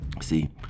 See